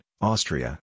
Austria